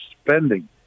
spending